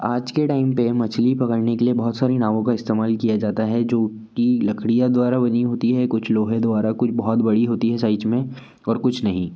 आज के टाइम पर मछली पकड़ने के लिए बहुत सारी नावों का इस्तेमाल किया जाता है जो कि लकड़ियाँ द्वारा बनी होती है कुछ लोहे द्वारा कुछ बहुत बड़ी होती है साइज में और कुछ नहीं